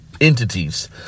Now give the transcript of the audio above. entities